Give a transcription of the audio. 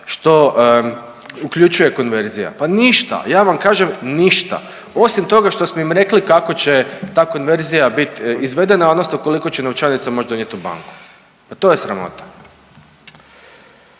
što uključuje konverzija. Pa ništa! Ja vam kažem ništa, osim toga što smo im rekli kako će ta konverzija bit izvedena, odnosno koliko će novčanica moći donijeti u banku. Pa to je sramota!